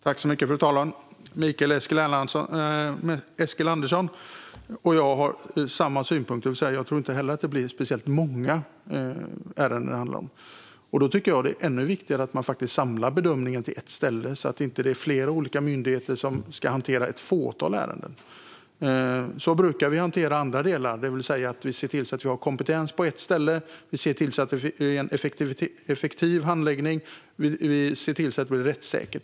Fru talman! Mikael Eskilandersson och jag har samma synpunkt, för jag tror inte heller att det är speciellt många ärenden som det kommer att handla om. Då tycker jag att det är än viktigare att man samlar bedömningen på ett ställe, så att inte flera olika myndigheter ska hantera ett fåtal ärenden. Så brukar vi hantera andra delar, det vill säga att vi ser till att det finns kompetens på ett ställe, att handläggningen är effektiv och rättssäker.